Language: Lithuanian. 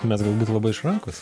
mes galbūt labai išrankūs